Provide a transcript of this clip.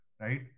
right